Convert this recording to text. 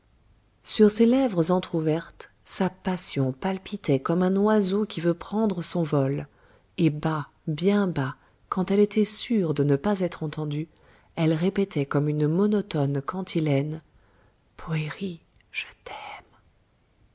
sur ses lèvres entrouvertes sa passion palpitait comme un oiseau qui veut prendre son vol et bas bien bas quand elle était sûre de ne pas être entendue elle répétait comme une monotone cantilène poëri je t'aime